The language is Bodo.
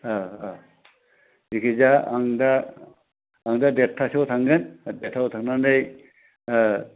ओ ओ जिखिजाया आं दा आं दा देरथासोआव थांगोन देरथायाव थांनानै ओ